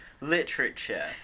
literature